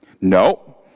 No